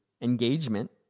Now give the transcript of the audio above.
engagement